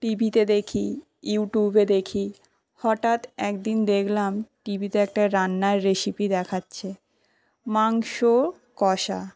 টিভিতে দেখি ইউটিউবে দেখি হটাৎ একদিন দেখলাম টিভিতে একটা রান্নার রেসিপি দেখাচ্ছে মাংস কষা